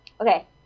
Okay